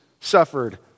suffered